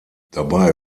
dabei